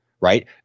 right